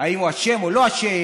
האם הוא אשם או לא אשם?